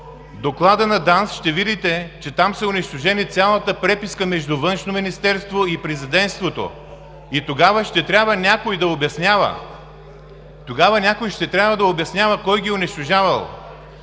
докладът на ДАНС, ще видите, че там е унищожена цялата преписка между Външно министерство и президентството, и тогава ще трябва някой да обяснява. Тогава